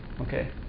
Okay